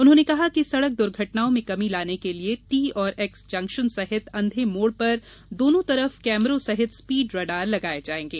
उन्होंने कहा सड़क दुर्घटनाओं में कमी लाने के लिये टी और एक्स जंक्शन सहित अंधे मोड़ पर दोनों तरफ कैमरों सहित स्पीड रडार लगाये जायेंगे